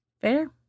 Fair